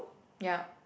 ya